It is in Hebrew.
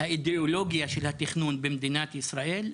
האידיאולוגיה של התכנון במדינת ישראל,